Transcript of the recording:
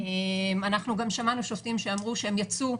אנחנו גם שמענו שופטים שאמרו שהם יצאו,